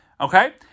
okay